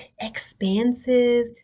expansive